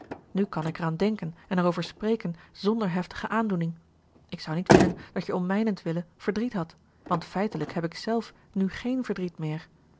nu kan ik eraan denken en erover spreken zonder heftige aandoening ik zou niet willen dat je om mijnentwille verdriet hadt want feitelijk heb ik zelf nu géén verdriet meer